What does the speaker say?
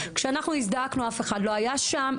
כשאנחנו הזדעקנו אף אחד לא היה שם,